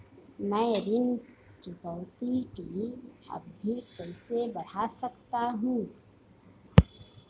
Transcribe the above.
मैं ऋण चुकौती की अवधि कैसे बढ़ा सकता हूं?